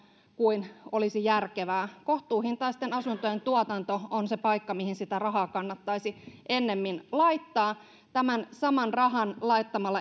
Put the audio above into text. kuin olisi järkevää kohtuuhintaisten asuntojen tuotanto on se paikka mihin sitä rahaa kannattaisi ennemmin laittaa laittamalla tämän saman rahan